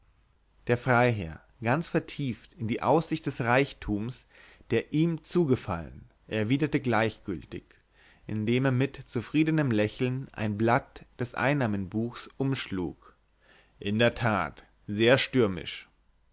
der freiherr ganz vertieft in die aussicht des reichtums der ihm zugefallen erwiderte gleichgültig indem er mit zufriedenem lächeln ein blatt des einnahmebuchs umschlug in der tat sehr stürmisch